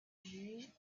juges